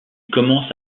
commence